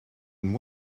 and